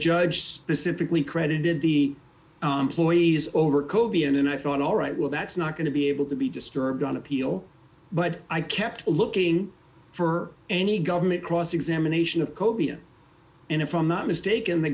judge specifically credited the employees over koby and then i thought all right well that's not going to be able to be disturbed on appeal but i kept looking for any government cross examination of cobia in from that mistake and the